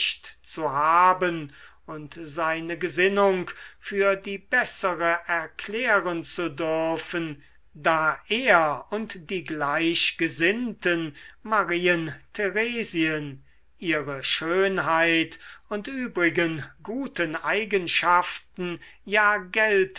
zu haben und seine gesinnung für die bessere erklären zu dürfen da er und die gleichgesinnten marien theresien ihre schönheit und übrigen guten eigenschaften